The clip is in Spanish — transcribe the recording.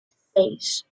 seis